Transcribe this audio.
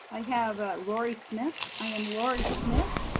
i have a laurie smith. i am laurie smith,